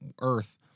earth